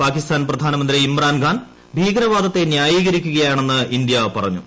പാകിസ്ഥാൻ പ്രധാനമന്ത്രി ഇമ്രാൻഖാൻ ഭീകരവാദത്തെ ന്യായീകരിക്കുകയാണെന്ന് ഇന്ത്യ പറഞ്ഞു